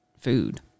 food